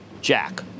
jack